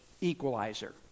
equalizer